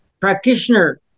Practitioner